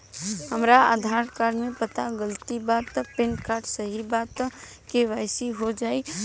हमरा आधार कार्ड मे पता गलती बा त पैन कार्ड सही बा त के.वाइ.सी हो जायी?